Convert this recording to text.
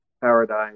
paradise